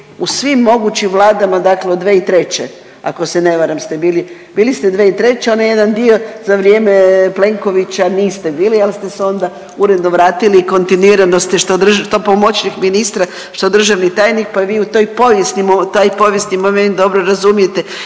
u svim mogućim vladama dakle od 2003. ako ste ne varam ste bili, bili ste 2003. onaj jedan dio za vrijeme Plenkovića niste bili, ali ste se onda uredno vratili i kontinuirano ste što pomoćnik ministra, što državni tajnik pa vi u toj povijesti, taj povijesni moment dobro razumijete